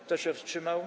Kto się wstrzymał?